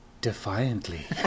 defiantly